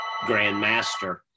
grandmaster